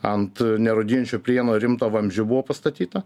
ant nerūdijančio plieno rimto vamzdžio buvo pastatyta